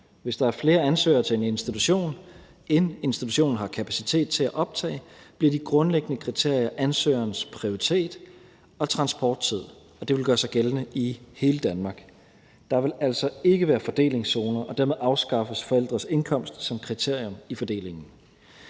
Hvis der er flere ansøgere til en institution, end institutionen har kapacitet til at optage, bliver de grundlæggende kriterier ansøgerens prioritet og transporttid, og det vil gøre sig gældende i hele Danmark. Der vil altså ikke være fordelingszoner, og dermed afskaffes forældres indkomst som kriterium i fordelingen.